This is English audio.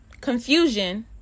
confusion